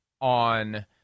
on